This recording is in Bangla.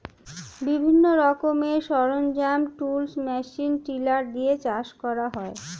বিভিন্ন রকমের সরঞ্জাম, টুলস, মেশিন টিলার দিয়ে চাষ করা হয়